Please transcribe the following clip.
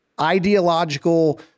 ideological